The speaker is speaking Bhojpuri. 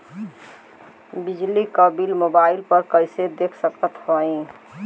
बिजली क बिल मोबाइल पर कईसे देख सकत हई?